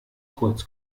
kurz